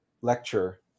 lecture